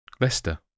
Leicester